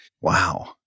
Wow